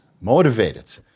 motivated